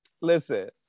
Listen